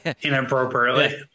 inappropriately